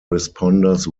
responders